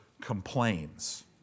complains